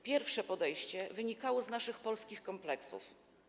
Pierwsze podejście wynikało z naszych polskich kompleksów.